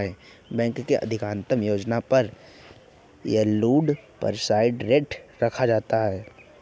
bank के अधिकतम योजना पर एनुअल परसेंटेज रेट रखा जाता है